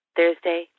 Thursday